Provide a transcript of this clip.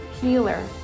healer